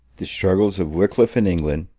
the struggles of wickliff in england,